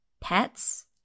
pets